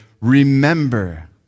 remember